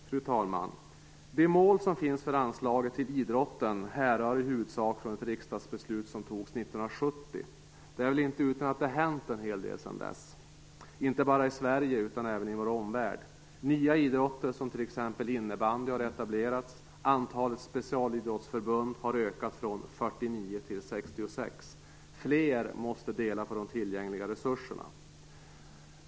Fru talman! De mål som finns för anslaget till idrotten härrör i huvudsak från ett riksdagsbeslut som togs 1970. Det är väl inte utan att det hänt en hel del sedan dess, inte bara i Sverige utan även i vår omvärld. Nya idrotter, som innebandy, har etablerats och antalet specialidrottsförbund har ökat från 49 till 66. Fler måste dela på de tillgängliga resurserna.